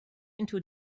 into